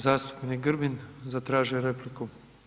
Zastupnik Grbin zatražio je repliku.